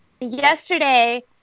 Yesterday